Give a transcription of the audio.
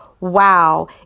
wow